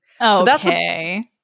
Okay